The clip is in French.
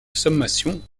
sommation